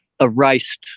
erased